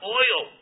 oil